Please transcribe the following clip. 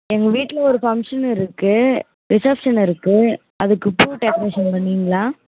எங்கள் வீட்டில் ஒரு ஃபங்க்ஷன் இருக்குது ரிசப்ஷன் இருக்குது அதுக்கு பூ டெக்ரேஷன் பண்ணுவீங்களா